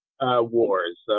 Wars